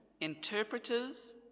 interpreters